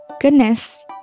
Goodness